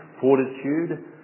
fortitude